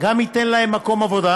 וגם ייתן להם מקום עבודה.